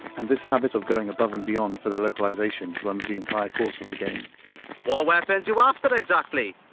and this habit of going above and beyond for the localization runs the entire course of the game what weapons you after exactly?